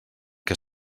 que